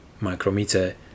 micrometer